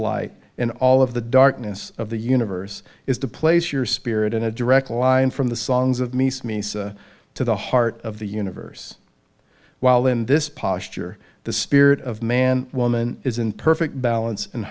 light in all of the darkness of the universe is to place your spirit in a direct line from the songs of me to the heart of the universe while in this posture the spirit of man woman is in perfect balance